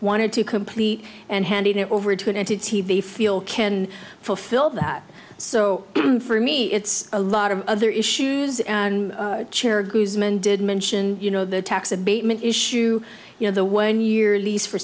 wanted to complete and handing it over to an end to t v feel can fulfill that so for me it's a lot of other issues and charities men did mention you know the tax abatement issue you know the one year lease for